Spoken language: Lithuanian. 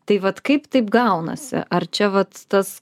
tai vat kaip taip gaunasi ar čia vat tas